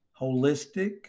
holistic